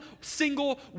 single